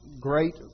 great